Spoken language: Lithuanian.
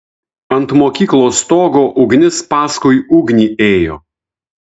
ant mokyklos stogo ugnis paskui ugnį ėjo